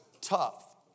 tough